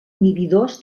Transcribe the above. inhibidors